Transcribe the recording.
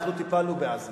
אנחנו טיפלנו בעזה.